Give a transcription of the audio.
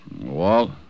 Walt